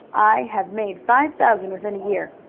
i have made five thousand within a year.